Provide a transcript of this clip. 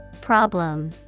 Problem